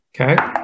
Okay